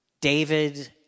David